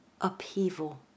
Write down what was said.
upheaval